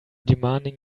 demanding